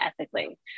ethically